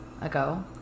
ago